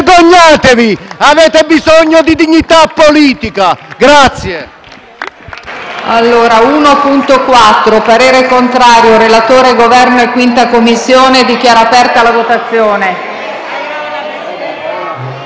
Vergognatevi, avete bisogno di dignità politica.